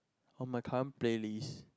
on my current playlist